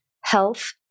health